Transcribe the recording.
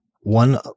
one